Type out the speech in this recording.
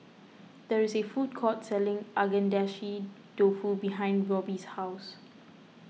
there is a food court selling Agedashi Dofu behind Roby's house